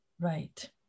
Right